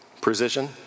precision